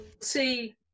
see